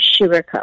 Sugarcoat